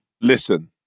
Listen